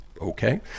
Okay